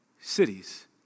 cities